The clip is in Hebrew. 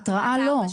ההתראה לא.